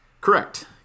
correct